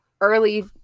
early